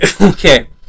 Okay